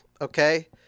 okay